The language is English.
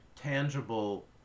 tangible